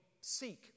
seek